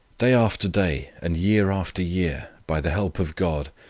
day after day, and year after year, by the help of god,